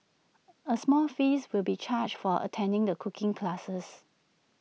A small fees will be charged for attending the cooking classes